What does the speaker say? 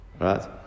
Right